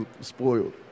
spoiled